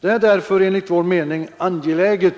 Det är därför enligt vår mening angeläget